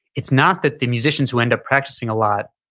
it's not that the musicians who end up practicing a lot,